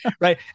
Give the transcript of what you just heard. right